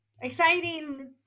exciting